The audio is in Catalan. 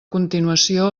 continuació